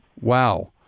Wow